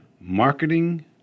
Marketing